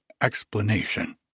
explanation